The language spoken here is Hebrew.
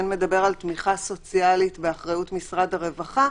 שמדבר על תמיכה סוציאלית באחריות משרד הרווחה.